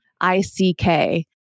I-C-K